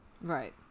Right